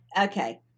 Okay